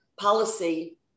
policy